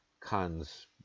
Cons